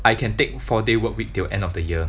I can take four day work week till end of the year